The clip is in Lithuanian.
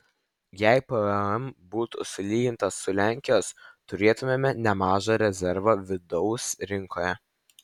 jei pvm būtų sulygintas su lenkijos turėtumėme nemažą rezervą vidaus rinkoje